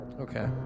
Okay